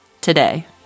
today